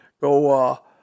go